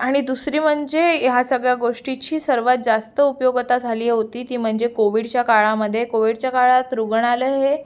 आणि दुसरी म्हणजे ह्या सगळ्या गोष्टीची सर्वात जास्त उपयोगिता झाली होती ती म्हणजे कोविडच्या काळामध्ये कोविडच्या काळात रुग्णालय हे